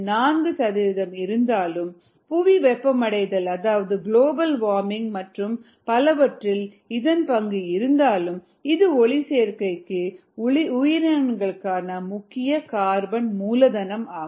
4 சதவிகிதம் இருந்தாலும் புவி வெப்பமடைதல் அதாவது குளோபல் வார்மிங் மற்றும் பலவற்றில் இதன் பங்கு இருந்தாலும் இது ஒளிச்சேர்க்கை உயிரினங்களுக்கான முக்கிய கார்பனின் மூலதனமாகும்